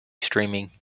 streaming